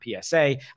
PSA